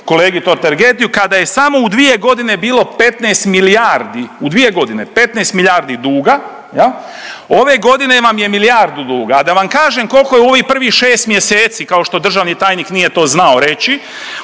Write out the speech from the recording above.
kolegi Totergeliu kada je samo u dvije godine bilo 15 milijardi u dvije godine 15 milijardi duga. Ove godine vam je milijardu duga. A da vam kažem kolko je u ovih prvih šest mjeseci kao što državni tajnik nije to znao reći,